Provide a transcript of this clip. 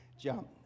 jump